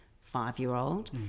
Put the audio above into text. five-year-old